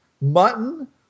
mutton